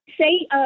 say